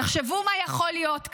תחשבו מה יכול להיות כאן.